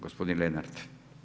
Gospodin Lenart.